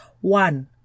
One